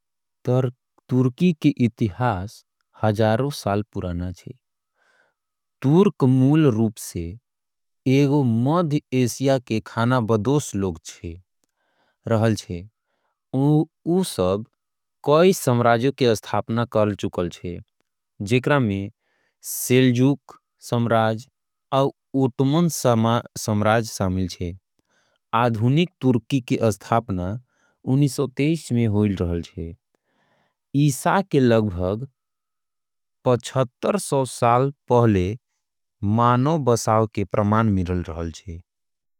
तुर्की के इतिहास हजारों साल पुराना छे तुर्क मूल रूप। से एक गो मध्य एशिया के थानाबडोस लोग रहल छे ओ। सब कई साम्राज्यों के स्थापना करल चुकल छे जेकरा में। अनातोलिया रोमन साम्राज्य और ऑटोमन साम्राज्य। शामिल छे आधुनिक तुर्की के स्थापना उन्नीस सौ तैस। में होल रहल छे मानव बसाए के प्रमाण मिलल छे।